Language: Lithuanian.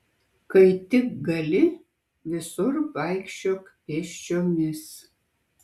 kai tik gali visur vaikščiok pėsčiomis